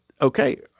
okay